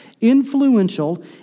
influential